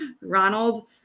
Ronald